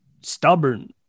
stubborn